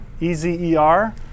E-Z-E-R